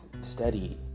steady